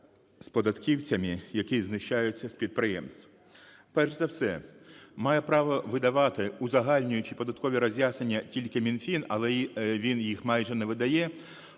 з податківцями, які знущаються з підприємців. Перш за все, має право видавати узагальнюючі податкові роз'яснення тільки Мінфін, але він їх майже не видає,